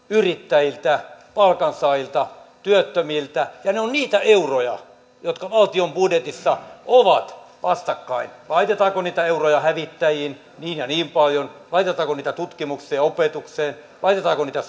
yrittäjiltä palkansaajilta työttömiltä ja ne ovat niitä euroja jotka valtion budjetissa ovat vastakkain laitetaanko niitä euroja hävittäjiin niin ja niin paljon laitetaanko niitä tutkimukseen ja opetukseen laitetaanko niitä